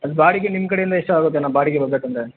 ಬಾಡಿಗೆ ನಿಮ್ಮ ಕಡೆಯಿಂದ ಎಷ್ಟು ಆಗುತ್ತೆ ಅಣ್ಣ ಬಾಡಿಗೆ ಬರ ಬೇಕೆಂದ್ರೆ